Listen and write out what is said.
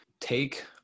Take